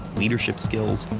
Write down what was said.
leadership skills,